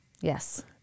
Yes